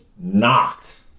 knocked